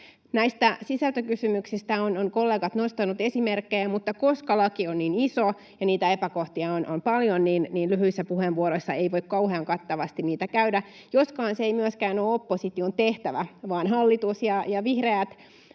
Näistä sisältökysymyksistä kollegat ovat nostaneet esimerkkejä. Mutta koska laki on niin iso ja niitä epäkohtia on paljon, lyhyissä puheenvuoroissa ei voi kauhean kattavasti niitä käydä läpi, joskaan se ei myöskään ole opposition tehtävä, vaan hallitus ja vihreät